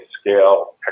scale